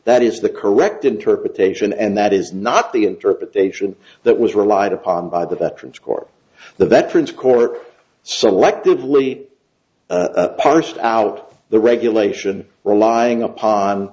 that is the correct interpretation and that is not the interpretation that was relied upon by the veterans court the veterans court selectively parsed out the regulation relying upon